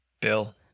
Bill